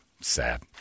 Sad